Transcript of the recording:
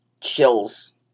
chills